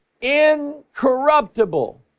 incorruptible